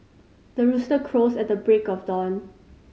the rooster crows at the break of dawn